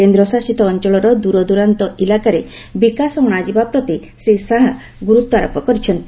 କେନ୍ଦ୍ର ଶାସିତ ଅଞ୍ଚଳର ଦୂରଦୂରାନ୍ତ ଇଲାକାରେ ବିକାଶ ଅଶାଯିବା ପ୍ରତି ଶ୍ରୀ ଶାହା ଗୁରୁତ୍ୱାରୋପ କରିଛନ୍ତି